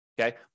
Okay